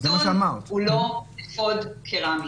חיסון הוא לא אפוד קרמי.